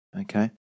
Okay